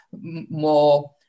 more